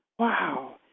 Wow